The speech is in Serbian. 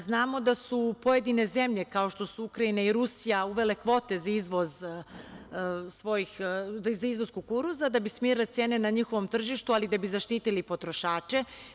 Znamo da su pojedine zemlje, kao što su Ukrajina i Rusija uvele kvote za izvoz kukuruza, da bi smirili cena na njihovom tržištu ali da bi zaštititi potrošače.